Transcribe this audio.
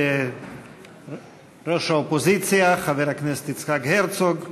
ראש האופוזיציה חבר הכנסת יצחק הרצוג,